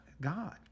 God